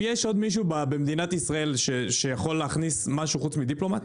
יש עוד מישהו במדינת ישראל שיכול להכניס משהו חוץ מדיפלומט?